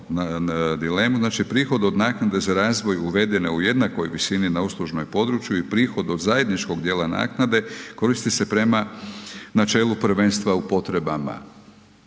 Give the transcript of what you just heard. prihod od naknade za razvoj uvedene u jednakoj visini na uslužnoj području i prihod od zajedničkog dijela naknade koristi se prema načelu prvenstva u potrebama.